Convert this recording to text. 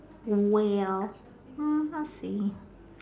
well mm I'll see